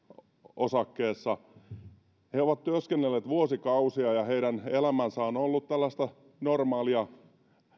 osakkeessa he ovat työskennelleet vuosikausia ja heidän elämänsä on ollut tällaista normaalia